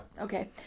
Okay